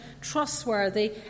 trustworthy